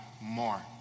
more